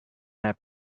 their